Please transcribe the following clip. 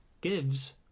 gives